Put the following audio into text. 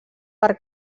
per